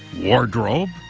wardrobe.